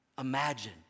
Imagine